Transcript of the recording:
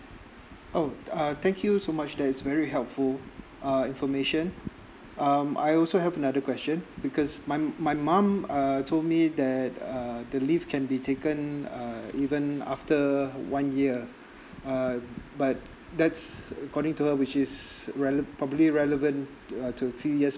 oh uh thank you so much that is very helpful uh information um I also have another question because my my mom uh told me that uh the leave can be taken uh even after one year uh but that's according to her which is rele~ probably relevant err to a few years